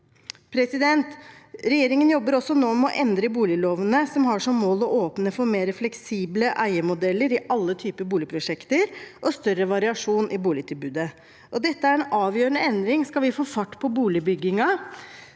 utleiere. Regjeringen jobber nå også med å endre boligloven med mål om å åpne for mer fleksible eiemodeller i alle typer boligprosjekter og større variasjon i boligtilbudet. Dette er en avgjørende endring om vi skal få fart på bygging